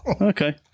Okay